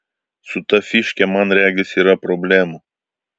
su ta fyške man regis yra problemų